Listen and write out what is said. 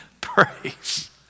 praise